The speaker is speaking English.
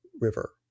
river